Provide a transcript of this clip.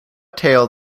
tail